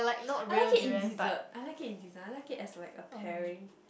I like it in dessert I like in dessert I like it as like a pairing